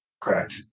Correct